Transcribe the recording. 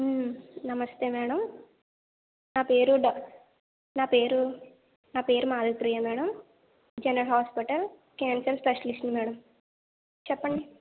నమస్తే మేడమ్ నా పేరు నా పేరు నా పేరు Madhupriya madam general hospital cancer స్పెషలిస్ట్ని మేడమ్ చెప్పండి